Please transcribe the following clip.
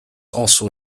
also